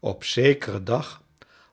op zekeren dag